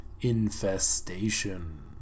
infestation